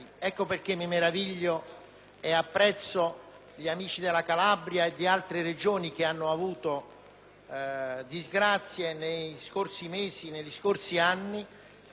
apprezzo gli amici della Calabria e di altre Regioni che hanno avuto disgrazie negli scorsi mesi ed anni che reclamano giustizia.